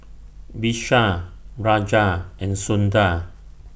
Vishal Raja and Sundar